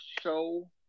show